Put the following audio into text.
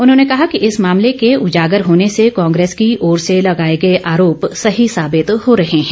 उन्होंने कहा कि इस मामले के उजागर होने से कांग्रेस की ओर से लगाए गए आरोप सही साबित हो रहे हैं